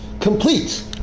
complete